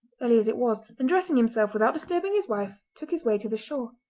early as it was, and dressing himself without disturbing his wife took his way to the shore.